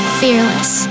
fearless